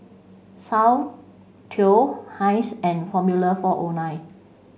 Soundteoh Heinz and Formula Four O Nine